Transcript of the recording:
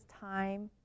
time